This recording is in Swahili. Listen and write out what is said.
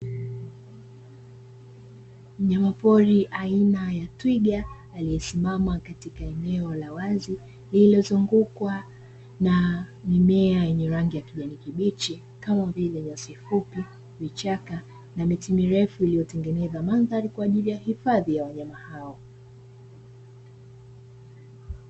Mnyamapori aina ya twiga aliyesimama katika eneo la wazi lililiozungukwa na mimea yenye rangi ya kijani kibichi kama vile: nyasi, fupi vichaka na miti mirefu iliyotengeneza mandhari kwa ajili ya hifahi ya wanyama hao.